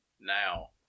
now